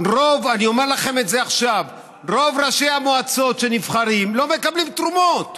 אני אומר לכם את זה עכשיו: רוב ראשי המועצות שנבחרים לא מקבלים תרומות.